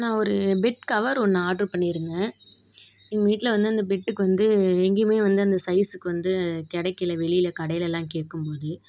நான் ஒரு bed cover ஒன்று ஆட்ரு பண்ணிருந்தேன் எங்க வீட்டில் வந்து அந்த பெட்டுக்கு வந்து எங்கேயுமே வந்து அந்த சைஸுக்கு வந்து கிடைக்கல வெளியில் கடைலலாம் கேட்கும்போது